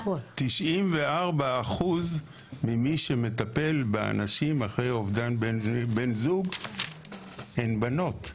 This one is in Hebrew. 94% מהמטפלים באנשים אחרי אובדן בן זוג הן בנות.